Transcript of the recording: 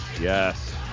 yes